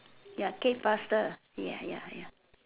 ya cake faster ya ya ya